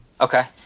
Okay